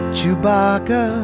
Chewbacca